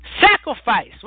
sacrifice